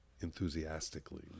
enthusiastically